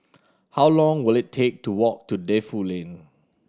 how long will it take to walk to Defu Lane